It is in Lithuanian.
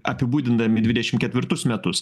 apibūdindami dvidešim ketvirtus metus